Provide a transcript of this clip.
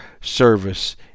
service